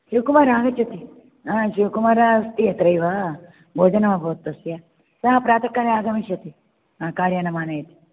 शिवकुमारः आगच्छति हा शिवकुमारः अस्ति अत्रैव भोजनमभवत् तस्य सः प्रातः काले आगमिष्यति हा कार् यानम् आनयति